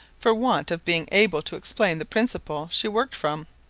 for want of being able to explain the principle she worked from.